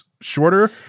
shorter